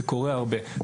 זה קורה הרבה,